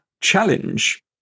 challenge